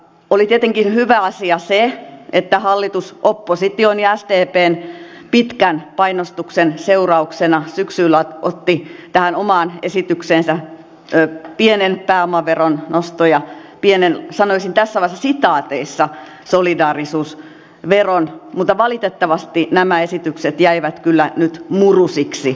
oli tietenkin hyvä asia se että hallitus opposition ja sdpn pitkän painostuksen seurauksena syksyllä otti tähän omaan esitykseensä pienen pääomaveron noston ja pienen sanoisin tässä vaiheessa sitaateissa solidaarisuusveron mutta valitettavasti nämä esitykset jäivät kyllä nyt murusiksi